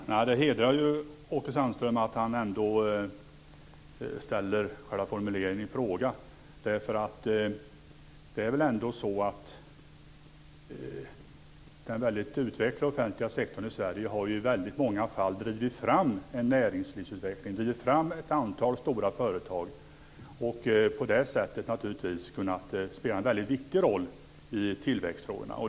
Fru talman! Det hedrar ju Åke Sandström att han ändå ställer själva formuleringen i fråga. Det är väl ändå så att den väldigt utvecklade offentliga sektorn i Sverige i många fall har drivit fram en näringslivsutveckling. Den har drivit fram ett antal stora företag och på det sättet naturligtvis kunnat spela en väldigt viktig roll för tillväxtfrågorna.